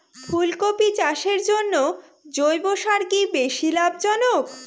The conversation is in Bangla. ফুলকপি চাষের জন্য জৈব সার কি বেশী লাভজনক?